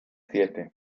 siete